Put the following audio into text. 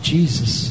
Jesus